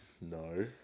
No